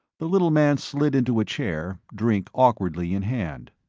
the little man slid into a chair, drink awkwardly in hand.